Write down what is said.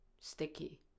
Sticky